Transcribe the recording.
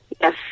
Yes